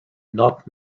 not